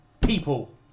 people